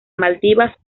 maldivas